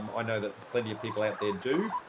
um i know that plenty of people out there do.